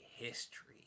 history